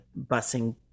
busing